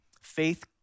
faith